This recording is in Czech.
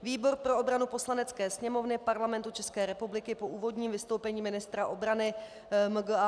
Výbor pro obranu Poslanecké sněmovny Parlamentu České republiky po úvodním vystoupení ministra obrany MgA.